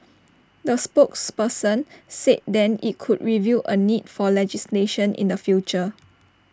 A spokesperson said then IT could review A need for legislation in the future